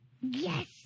Yes